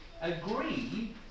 agree